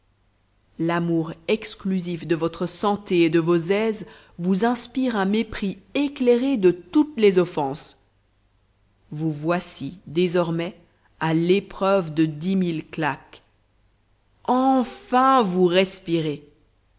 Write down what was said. l'amour exclusif de votre santé et de vos aises vous inspire un mépris éclairé de toutes les offenses vous voici désormais à l'épreuve de dix mille claques enfin vous respirez